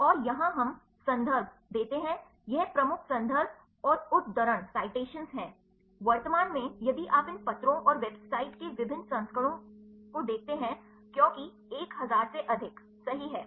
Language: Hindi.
और यहां हम संदर्भ देते हैं यह प्रमुख संदर्भ और उद्धरण हैं वर्तमान में यदि आप इन पत्रों और वेबसाइट के विभिन्न संस्करणों को देखते हैं क्योंकि 1000 से अधिक सही हैं